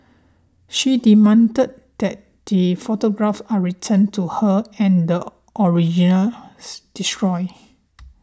she demanded that the photographs are returned to her and the originals destroyed